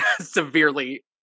severely